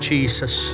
Jesus